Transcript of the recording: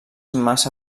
massa